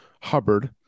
hubbard